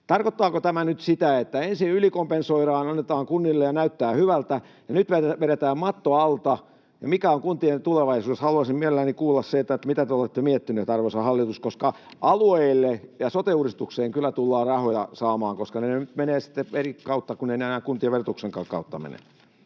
Tarkoittaako tämä nyt sitä, että ensin ylikompensoidaan, annetaan kunnille, ja näyttää hyvältä, ja nyt vedetään matto alta? Ja mikä on kuntien tulevaisuus? Haluaisin mielelläni kuulla sen, mitä te olette miettineet, arvoisa hallitus, koska alueille ja sote-uudistukseen kyllä tullaan rahoja saamaan, koska ne nyt menee sitten eri kautta, kun ei ne enää kuntien verotuksenkaan kautta mene.